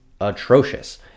atrocious